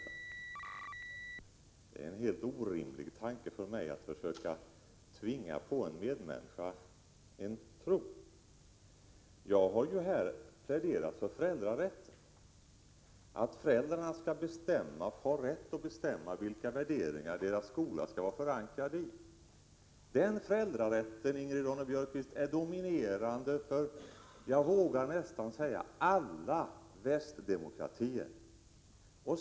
Det är en helt orimlig tanke för mig att försöka tvinga på en medmänniska en tro. Jag har här pläderat för föräldrarätten, att föräldrarna skall få rätt att bestämma vilka värderingar barnens skola skall vara förankrad i. Den föräldrarätten är dominerande i — vågar jag nästan säga — alla västdemokratier.